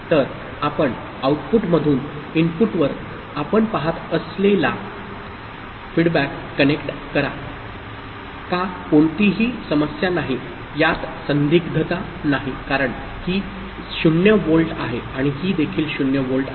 तर आपण आउटपुटमधून इनपुटवर आपण पहात अस लेला फीडबॅक कनेक्ट करा का कोणतीही समस्या नाही यात संदिग्धता नाही कारण ही 0 व्होल्ट आहे आणि ही देखील 0 व्होल्ट आहे